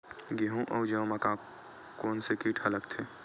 गेहूं अउ जौ मा कोन से कीट हा लगथे?